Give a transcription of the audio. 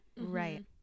Right